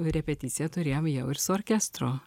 repeticiją turėjom jau ir su orkestru